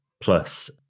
plus